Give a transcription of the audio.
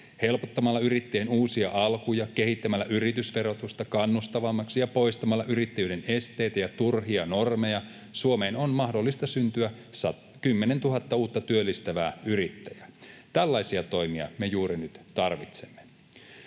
Helpottamalla yrittäjien uusia alkuja, kehittämällä yritysverotusta kannustavammaksi ja poistamalla yrittäjyyden esteitä ja turhia normeja Suomeen on mahdollista syntyä 10 000 uutta työllistävää yrittäjää. Tällaisia toimia me juuri nyt tarvitsemme.